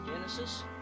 Genesis